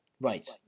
Right